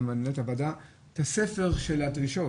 של מנהלת הוועדה את הספר של הדרישות,